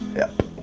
yep,